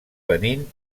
benín